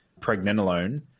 pregnenolone